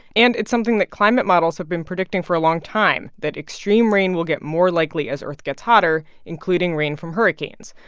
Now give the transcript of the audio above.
and it's something that climate models have been predicting for a long time that extreme rain will get more likely as earth gets hotter, hotter, including rain from hurricanes.